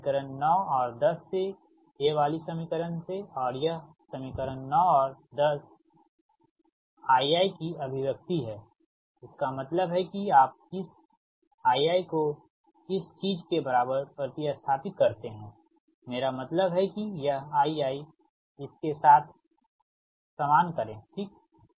तो समीकरण 9 और 10 से ये वाली समीकरण से और यह समीकरण 9 और 10 Ii की अभिव्यक्ति है इसका मतलब है कि आप इस Ii को इस चीज़ के बराबर प्रति स्थापित करते हैं मेरा मतलब है कि यह Ii इसके साथ समान करे ठीक